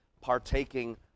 partaking